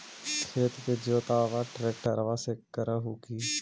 खेत के जोतबा ट्रकटर्बे से कर हू की?